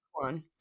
one